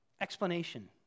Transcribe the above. explanation